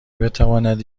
بتواند